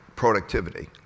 productivity